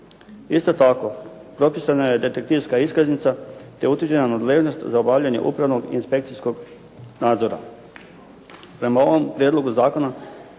Isto tako, propisana je detektivska iskaznica te utvrđena nadležnost za obavljanje upravnog inspekcijskog nadzora. Prema ovom prijedlogu zakona